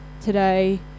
today